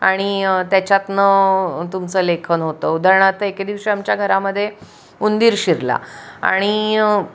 आणि त्याच्यातनं तुमचं लेखन होतं उदाहरणार्थ एके दिवशी आमच्या घरामध्ये उंदीर शिरला आणि